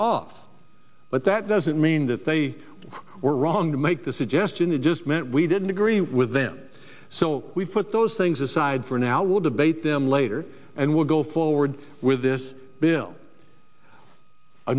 off but that doesn't mean that they were wrong to make the suggestion it just meant we didn't agree with them so we put those things aside for now we'll debate them later and we'll go forward with this bill a